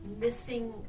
missing